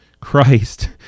Christ